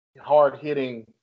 hard-hitting